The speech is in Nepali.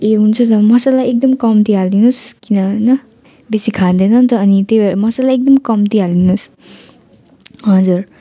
ए हुन्छ त मसाला एकदम कम्ती हालिदिनु होस् किन होइन बेसी खाँदैन नि त अनि त्यही मसाला एकदम कम्ती हालिदिनु होस् हजुर